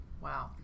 Wow